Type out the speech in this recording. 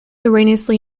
erroneously